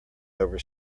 over